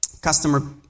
customer